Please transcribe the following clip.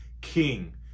King